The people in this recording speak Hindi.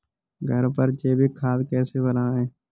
घर पर जैविक खाद कैसे बनाएँ?